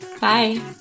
Bye